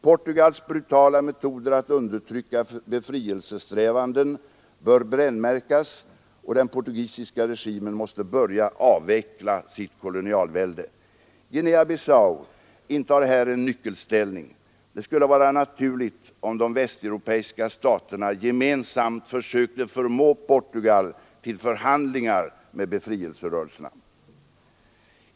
Portugals brutala metoder att undertrycka befrielsesträvanden bör brännmärkas, och den portugisiska regimen måste börja avveckla sitt kolonialvälde. Guinea-Bissau intar här en nyckelställning. Det skulle vara naturligt om de västeuropeiska staterna gemensamt sökte förmå Portugal till förhandlingar med befrielserörelserna.